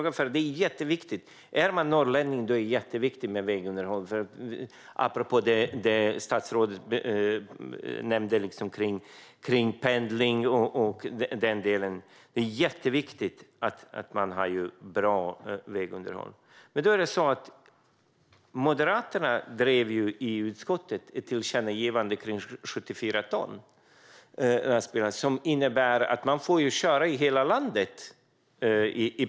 Är man norrlänning är det jätteviktigt med vägunderhåll, apropå det statsrådet nämnde om pendling och den delen. Det är jätteviktigt att man har bra vägunderhåll. Moderaterna drev i utskottet ett tillkännagivande om lastbilar på 74 ton. Det innebär att man i princip får köra med dem i hela landet.